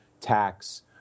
tax